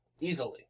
Easily